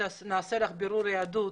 נעשה לך בירור יהדות,